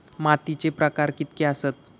मातीचे प्रकार कितके आसत?